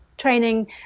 training